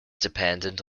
dependent